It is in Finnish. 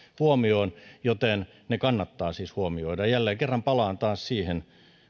huomioon joten ne kannattaa siis huomioida jälleen kerran palaan taas siihen